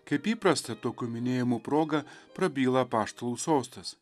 kaip įprasta tokio minėjimo proga prabyla apaštalų sostas